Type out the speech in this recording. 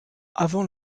avant